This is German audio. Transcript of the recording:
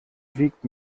wiegt